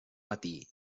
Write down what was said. matí